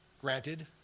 Granted